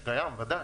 קיים, בוודאי.